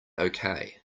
okay